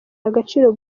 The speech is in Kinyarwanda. agaciro